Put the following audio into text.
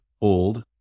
old